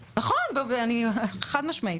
נכון, חד-משמעית.